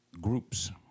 groups